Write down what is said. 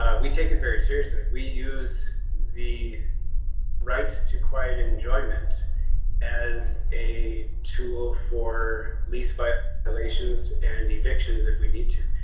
ah we take it very seriously. we use the right to quiet enjoyment as a tool for lease but violations and evictions if we need to.